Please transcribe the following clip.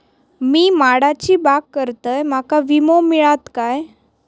मी माडाची बाग करतंय माका विमो मिळात काय?